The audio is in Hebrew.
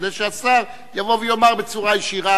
כדי שהשר יבוא ויאמר בצורה ישירה,